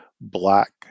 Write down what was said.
black